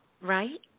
right